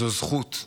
זו זכות.